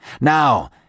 Now